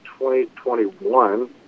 2021